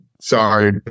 sorry